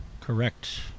Correct